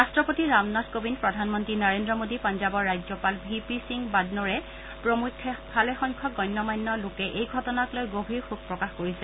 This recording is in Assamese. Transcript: ৰাট্টপতি ৰামনাথ কোবিন্দ প্ৰধানমন্ত্ৰী নৰেন্দ্ৰ মোডী পঞ্জাৱৰ ৰাজ্যপাল ভি পি সিং বাদনৰে প্ৰমুখ্যে ভালেসংখ্যক গণ্য মান্য লোকে এই ঘটনাক লৈ গভীৰ শোক প্ৰকাশ কৰিছে